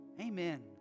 Amen